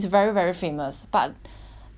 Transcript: that time I go right it's weekend right